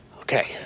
Okay